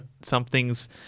Something's